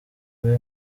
rwe